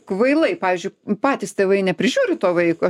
kvailai pavyzdžiui patys tėvai neprižiūri to vaiko